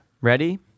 Ready